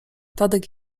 tadek